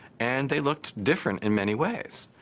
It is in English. and they looked different in many ways.